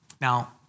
Now